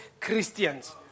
Christians